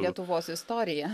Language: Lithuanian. lietuvos istorija